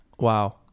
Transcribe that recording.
Wow